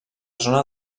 zona